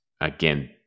again